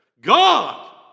God